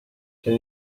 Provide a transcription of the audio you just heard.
can